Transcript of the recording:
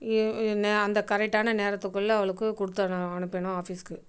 அந்த கரெக்டான நேரத்துக்குள்ள அவளுக்கு கொடுத்து அனுப்பணும் ஆஃபீஸ்க்கு